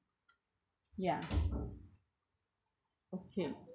ya okay